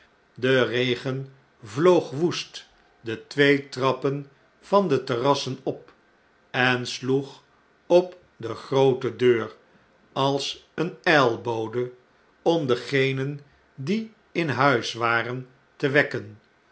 de regen vloog woest de twee trappen van de terrassen op en sloeg op de groote deur als een ijlbode om degenen die in huis waren te wekken